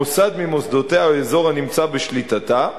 מוסד ממוסדותיה או אזור הנמצא בשליטתה,